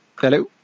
Hello